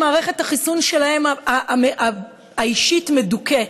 שמערכת החיסון האישית שלהם מדוכאת.